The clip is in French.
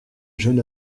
jeune